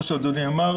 כמו שאדוני אמר,